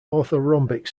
orthorhombic